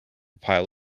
pile